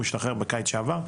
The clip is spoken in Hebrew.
הוא השתחרר בקיץ שעבר.